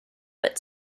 but